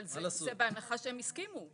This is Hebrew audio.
אבל זה בהנחה שהם הסכימו.